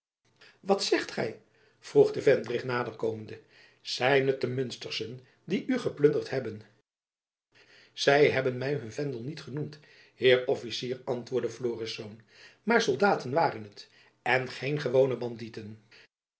wat zegt gy vroeg de vendrig naderkomende zijn het munsterschen die u geplunderd hebben zy hebben my hun vendel niet genoemd heer officier antwoordde florisz maar soldaten waren het en geen gewone bandieten